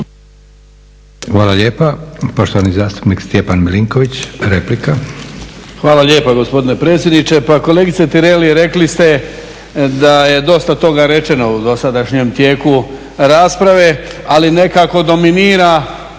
Hvala lijepa. Poštovani zastupnik Stjepan Milinković, replika. **Milinković, Stjepan (HDZ)** Hvala lijepa gospodine predsjedniče. Pa kolegice Tireli rekli ste da je dosta toga rečeno u dosadašnjem tijeku rasprave, ali nekako dominira